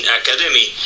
academy